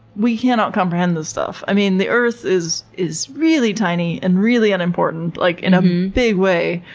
we cannot comprehend this stuff. i mean the earth is is really tiny, and really unimportant, like in a big way.